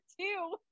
two